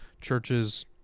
churches